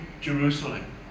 Jerusalem